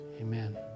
Amen